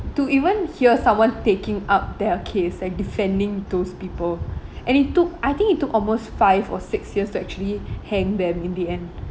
to even hear someone taking up their case and defending those people and it took I think it took almost five or six years to actually hang them in the end